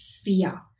Fear